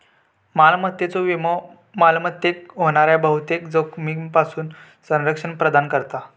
मालमत्तेचो विमो मालमत्तेक होणाऱ्या बहुतेक जोखमींपासून संरक्षण प्रदान करता